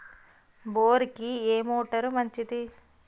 బోరుకి ఏ మోటారు మంచిది?